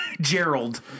Gerald